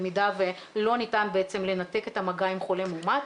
במידה ולא ניתן בעצם לנתק את המגע עם חולה מאומת.